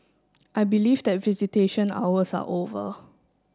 I believe that visitation hours are over